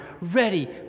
ready